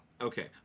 Okay